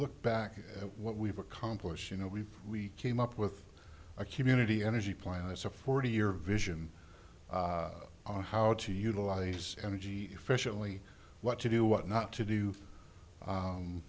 look back at what we've accomplished you know we we came up with a community energy plan as a forty year vision on how to utilize energy efficiently what to do what not to do